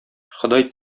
ходай